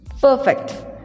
Perfect